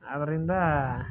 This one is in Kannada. ಅದರಿಂದ